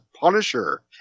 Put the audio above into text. Punisher